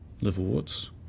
liverworts